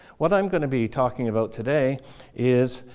what i'm going to be talking about today is,